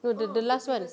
no the the last one